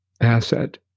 asset